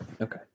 Okay